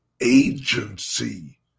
agency